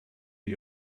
die